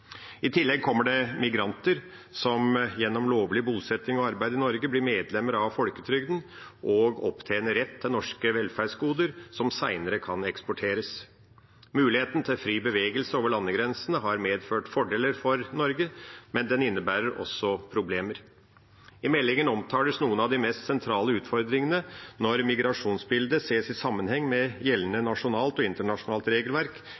I tillegg kommer det migranter som gjennom lovlig bosetting og arbeid i Norge blir medlemmer av folketrygden og opptjener seg rett til norske velferdsgoder, som senere kan eksporteres. Muligheten til fri bevegelse over landegrensene har medført fordeler for Norge, men det innebærer også problemer. I meldingen omtales noen av de mest sentrale utfordringene når migrasjonsbildet ses i sammenheng med gjeldende nasjonalt og internasjonalt regelverk,